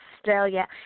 Australia